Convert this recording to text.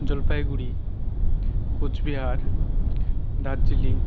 Jalpaiguri Cooch Behar Darjeeling